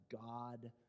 God